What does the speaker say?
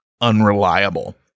unreliable